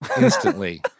instantly